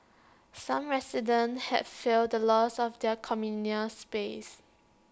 some residents have feared the loss of their communal space